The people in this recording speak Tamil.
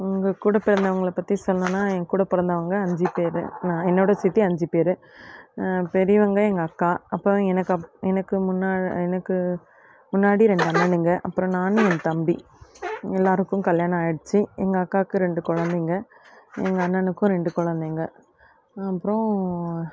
உங்கள் கூடப் பிறந்தவங்களப் பற்றி சொல்லணுனால் என் கூடப் பிறந்தவங்க அஞ்சுப் பேர் நான் என்னோடு சேர்த்தி அஞ்சுப் பேர் பெரியவங்க எங்கள் அக்கா அப்புறம் எனக்குப் எனக்கு முன்னா எனக்கு முன்னாடி ரெண்டு அண்ணனுங்க அப்புறம் நானும் என் தம்பி எல்லாேருக்கும் கல்யாணம் ஆகிடுச்சி எங்கள் அக்காவுக்கு ரெண்டு குழந்தைங்க எங்கள் அண்ணனுக்கும் ரெண்டு குழந்தைங்க அப்புறம்